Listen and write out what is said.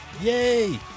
Yay